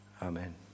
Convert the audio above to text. Amen